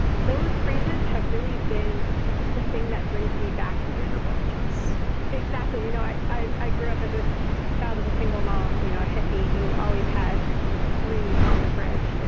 those phrases have really been the thing that brings me back they're your mantras exactly. you know i i grew up as a child of a single mom, you know a hippie who always had breathe on the fridge.